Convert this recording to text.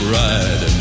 ride